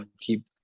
keep